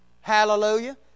Hallelujah